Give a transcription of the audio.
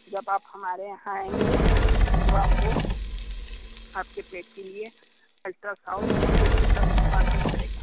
जब आप हमारे यहाँ आएंगे तो आपको आपके पेट के लिए अल्ट्रासाउंड चेकप करवाना पड़ेगा